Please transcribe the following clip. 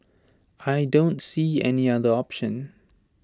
I don't see any other option